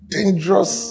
Dangerous